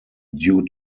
due